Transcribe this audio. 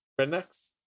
rednecks